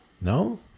no